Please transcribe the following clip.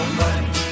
money